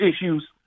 issues